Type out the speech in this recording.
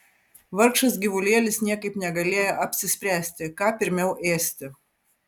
vargšas gyvulėlis niekaip negalėjo apsispręsti ką pirmiau ėsti